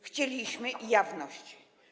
Chcieliśmy jawności.